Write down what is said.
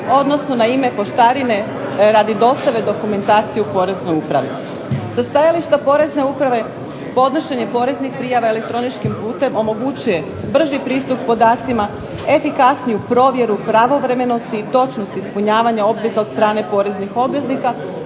odnosno na ime poštarine radi dostave dokumentacije u poreznu upravu. Sa stajališta porezne uprave podnošenje poreznih prijava elektroničkim putem omogućuje brži pristup podacima, efikasniju provjeru pravovremenosti i točnosti ispunjavanja obveza od strane poreznih obveznika